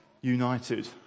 united